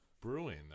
brewing